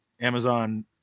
Amazon